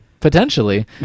Potentially